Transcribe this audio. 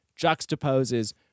juxtaposes